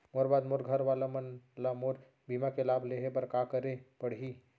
मोर बाद मोर घर वाला मन ला मोर बीमा के लाभ लेहे बर का करे पड़ही?